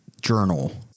journal